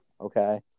okay